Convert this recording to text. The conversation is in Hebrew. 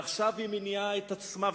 עכשיו, היא מניעה את עצמה.